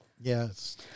Yes